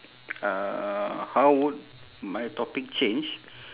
uh how would my topic change